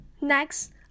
Next